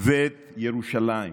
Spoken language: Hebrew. ואת ירושלים